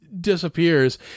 disappears